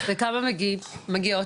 כמה מגיעות?